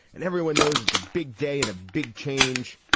and everyone knows it's a big day and a big change.